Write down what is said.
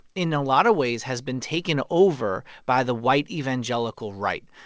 in a lot of ways, has been taken over by the white evangelical right.